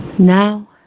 Now